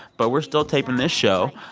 but we're still taping this show.